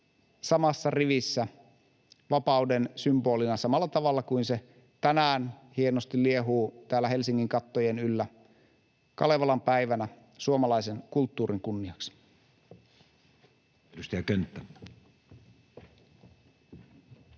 samassa rivissä vapauden symbolina samalla tavalla kuin se tänään hienosti liehuu täällä Helsingin kattojen yllä Kalevalan päivänä suomalaisen kulttuurin kunniaksi. [Speech